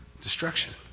Destruction